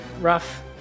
rough